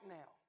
now